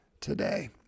today